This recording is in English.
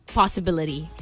possibility